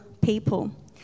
people